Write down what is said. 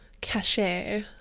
cachet